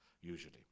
usually